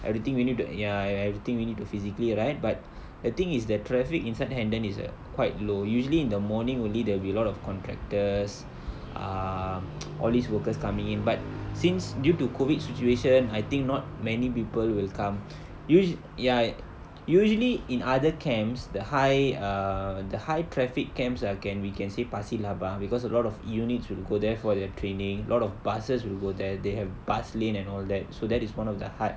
everything we need to ya ya everything we need to physically write but the thing is the traffic inside hendon is quite low usually in the morning only there will be a lot of contractors ah all these workers coming in but since due to COVID situation I think not many people will come usual~ ya usually in other camps the high err the high traffic camps ah can we can say pasir laba because a lot of units will go there for their training a lot of buses will go there they have bus lane and all that so that is one of the hard